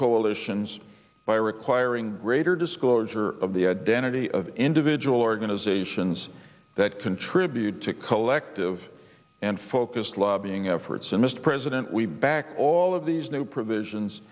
coalitions by require greater disclosure of the identity of individual organizations that contribute to collective and focused lobbying efforts and mr president we backed all of these new provisions